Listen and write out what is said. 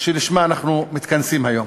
שלשמה אנחנו מתכנסים היום.